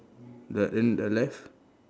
the and the left